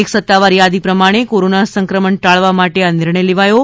એક સત્તાવાર થાદી પ્રમાણે કોરોના સંક્રમણ ટાળવા માટે આ નિર્ણય લેવાયો છે